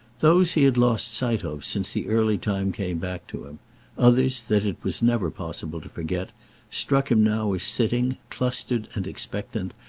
those he had lost sight of since the early time came back to him others that it was never possible to forget struck him now as sitting, clustered and expectant,